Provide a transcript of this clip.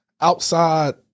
outside